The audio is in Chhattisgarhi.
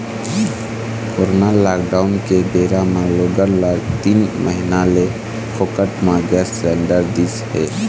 कोरोना लॉकडाउन के बेरा म लोगन ल तीन महीना ले फोकट म गैंस सिलेंडर दिस हे